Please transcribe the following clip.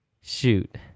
shoot